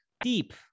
deep